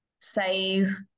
save